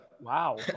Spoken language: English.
wow